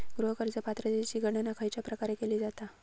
गृह कर्ज पात्रतेची गणना खयच्या प्रकारे केली जाते?